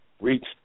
reach